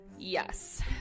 yes